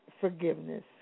forgiveness